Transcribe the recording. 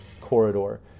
corridor